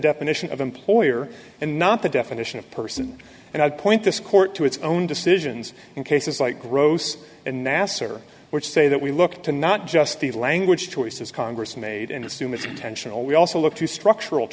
definition of employer and not the definition of person and i would point this court to its own decisions in cases like gross and nasser which say that we look to not just the language choices congress made and assume it's intentional we also look to structural